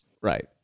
Right